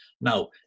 Now